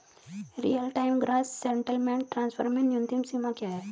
Real time gross settlement transfer में न्यूनतम सीमा क्या है?